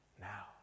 now